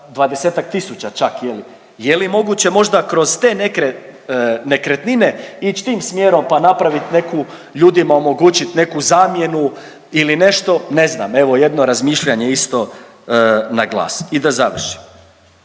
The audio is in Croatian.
je li. Je li moguće možda kroz te neke nekretnine ić tim smjerom pa napravit neku, ljudima omogućit neku zamjenu ili nešto ne znam. Evo jedno razmišljanje isto na glas. I da završim